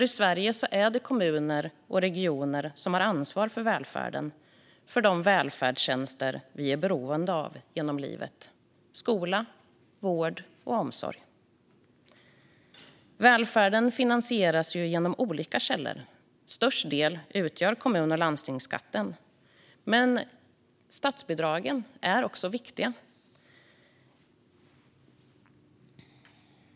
I Sverige är det nämligen kommuner och regioner som har ansvar för välfärden, för de välfärdstjänster vi är beroende av genom livet: skola, vård och omsorg. Välfärden finansieras genom olika källor. Störst del utgör kommun och landstingsskatterna. Men även statsbidragen är viktiga.